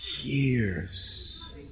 years